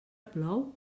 plou